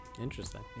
Interesting